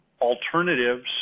alternatives